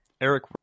Eric